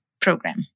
program